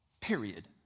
Period